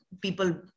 people